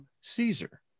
Caesar